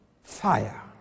fire